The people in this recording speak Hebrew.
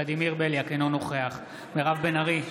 אינו נוכח מירב בן ארי,